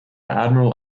admiral